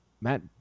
Matt